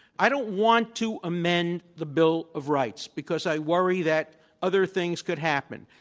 i don't want to amend the bill of rights because i worry that other things could happen,